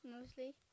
Mostly